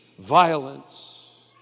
violence